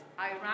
Iran